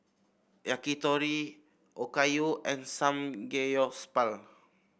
Yakitori Okayu and Samgeyopsal